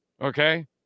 Okay